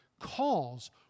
calls